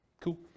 Cool